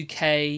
UK